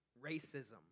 racism